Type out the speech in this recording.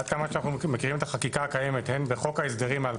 עד כמה שאנחנו מכירים את החקיקה הקיימת בחוק ההסדרים 2008